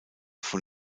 von